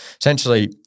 essentially